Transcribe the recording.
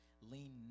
lean